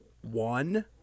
one